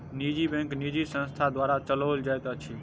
निजी बैंक निजी संस्था द्वारा चलौल जाइत अछि